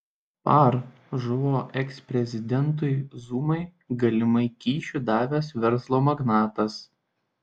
par žuvo eksprezidentui zumai galimai kyšių davęs verslo magnatas